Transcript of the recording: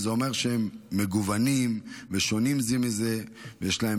וזה אומר שהם מגוונים ושונים זה מזה ושיש להם